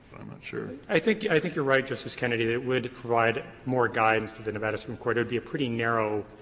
i'm not sure. elwood i think i think you're right, justice kennedy, that it would provide more guidance to the nevada supreme court. it would be a pretty narrow